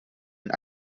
den